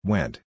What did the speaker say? Went